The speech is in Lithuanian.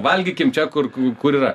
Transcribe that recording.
valgykim čia kur kur yra